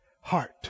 Heart